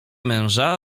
męża